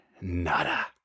nada